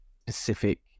specific